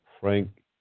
Frank